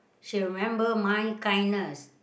she remember my kindness